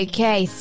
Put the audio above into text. Okay